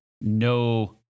no